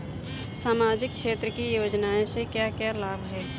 सामाजिक क्षेत्र की योजनाएं से क्या क्या लाभ है?